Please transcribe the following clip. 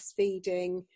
breastfeeding